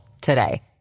today